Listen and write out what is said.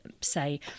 say